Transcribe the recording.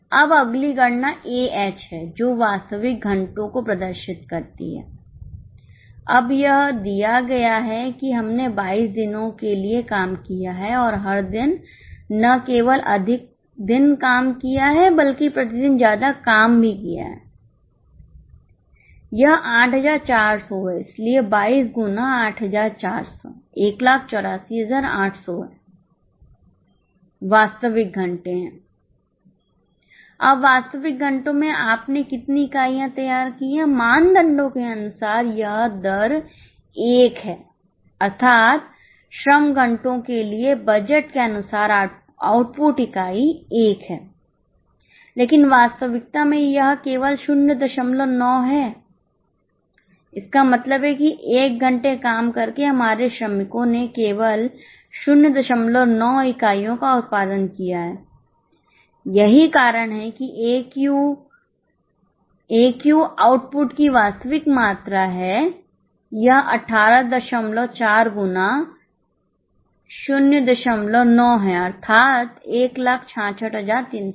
अब अगली गणना एएच आउटपुट की वास्तविक मात्रा है यह 184 गुना 09 है अर्थात 166320